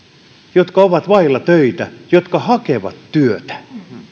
jotka ovat vailla töitä jotka hakevat työtä